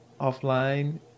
offline